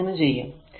അത് എങ്ങനെ ചെയ്യും